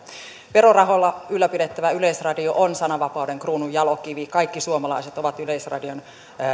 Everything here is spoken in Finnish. verorahoilla ylläpidettävä yleisradio on sananvapauden kruununjalokivi kaikki suomalaiset ovat yleisradion